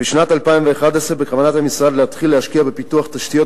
בשנת 2011 בכוונת המשרד להתחיל להשקיע בפיתוח תשתיות